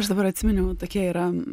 aš dabar atsiminiau tokia yra